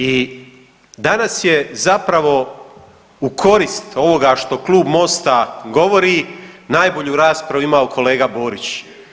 I danas je zapravo u korist ovoga što Klub MOST-a govori najbolju raspravu imao kolega Borić.